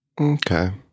Okay